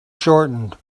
shortened